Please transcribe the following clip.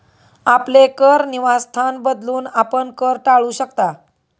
आपले कर निवासस्थान बदलून, आपण कर टाळू शकता